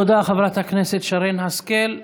תודה, חברת הכנסת שרן השכל.